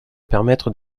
permettre